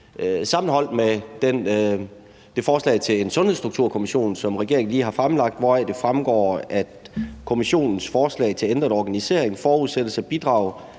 sammenholde det med det forslag til en Sundhedsstrukturkommission, som regeringen lige har fremlagt, hvoraf dette fremgår: »Kommissionens forslag til ændret organisering forudsættes at bidrage